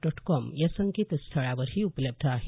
dot com या संकेतस्थळावरही उपलब्ध आहे